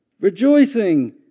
Rejoicing